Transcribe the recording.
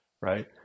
right